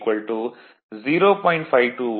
521 kilowatt our